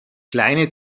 kleine